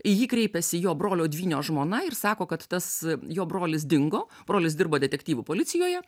į jį kreipiasi jo brolio dvynio žmona ir sako kad tas jo brolis dingo brolis dirbo detektyvu policijoje